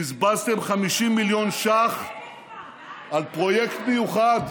בזבזתם 50 מיליון ש"ח על פרויקט מיוחד,